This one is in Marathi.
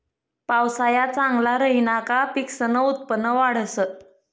पावसाया चांगला राहिना का पिकसनं उत्पन्न वाढंस